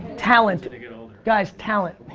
talent, and you know guys talent.